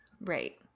right